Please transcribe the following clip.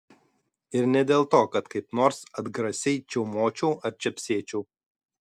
ir ne dėl to kad kaip nors atgrasiai čiaumočiau ar čepsėčiau